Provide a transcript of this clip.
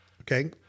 Okay